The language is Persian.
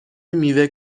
میوه